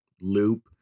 loop